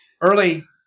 early